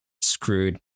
screwed